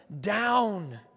down